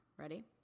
ready